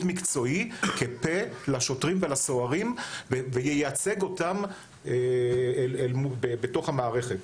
מקצועי כפה לשוטרים ולסוהרים וייצג אותם בתוך המערכת.